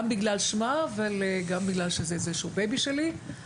גם בגלל שמה, וגם בגלל שזה איזה שהוא תחביב שלי.